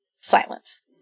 Silence